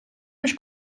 між